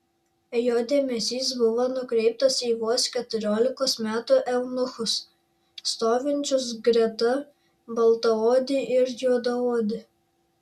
jo dėmesys buvo nukreiptas į vos keturiolikos metų eunuchus stovinčius greta baltaodį ir juodaodį